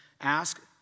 ask